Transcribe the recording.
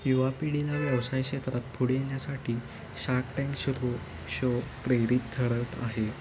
युवा पिढीला व्यवसाय क्षेत्रात पुढे येण्यासाठी शार्क टँक शरू शो प्रेरित ठरत आहे